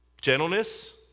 gentleness